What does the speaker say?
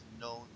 known